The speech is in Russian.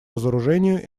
разоружению